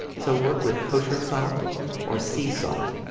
so work with kosher salt or sea salt.